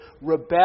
rebel